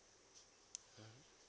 mm